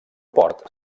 port